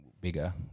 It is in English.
bigger